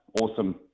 awesome